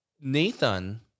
Nathan